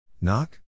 Knock